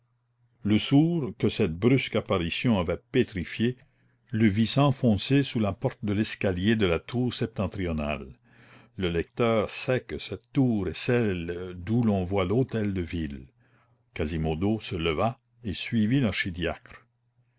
le sourd que cette brusque apparition avait pétrifié le vit s'enfoncer sous la porte de l'escalier de la tour septentrionale le lecteur sait que cette tour est celle d'où l'on voit l'hôtel de ville quasimodo se leva et suivit